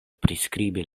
priskribi